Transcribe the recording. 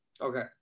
Okay